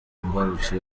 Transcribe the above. imbarutso